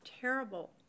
terrible